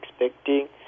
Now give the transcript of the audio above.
expecting